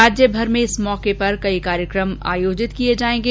राज्यभर में कल इस मौके पर कई कार्यक्रम आयोजित किए जाएंगे